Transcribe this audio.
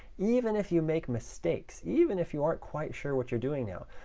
even if you make mistakes, even if you aren't quite sure what you're doing now,